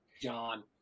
John